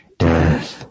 death